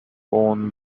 own